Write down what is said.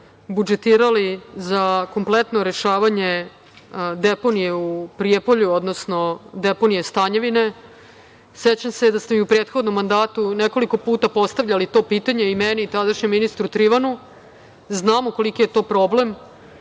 budžetirali za kompletno rešavanje deponije u Prijepolju, odnosno deponije Stanjevine.Sećam se da ste mi u prethodnom mandatu nekoliko puta postavljali to pitanje, i meni i tadašnjem ministru Trivanu. Znamo koliki je to problem. Kada